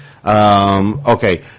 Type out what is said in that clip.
Okay